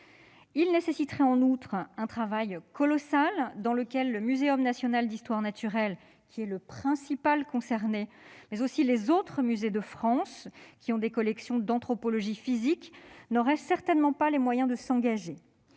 nécessiterait en outre un travail colossal, dans lequel le Muséum national d'histoire naturelle (MNHN), qui est le principal concerné, tout comme les autres musées de France qui ont des collections d'anthropologie physique, n'aurait certainement pas les moyens de s'engager.